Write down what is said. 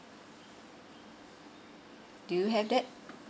do you have that